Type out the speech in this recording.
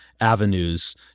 avenues